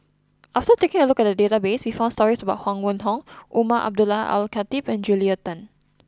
after taking a look at the database we found stories about Huang Wenhong Umar Abdullah Al Khatib and Julia Tan